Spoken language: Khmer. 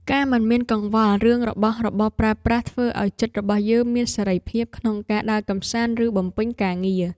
ការមិនមានកង្វល់រឿងរបស់របរប្រើប្រាស់ធ្វើឱ្យចិត្តរបស់យើងមានសេរីភាពក្នុងការដើរកម្សាន្តឬបំពេញការងារ។